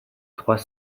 trois